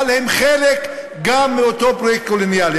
אבל הם חלק גם מאותו פרויקט קולוניאלי.